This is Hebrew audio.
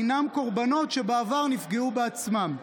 הם קורבנות שבעבר נפגעו בעצמם.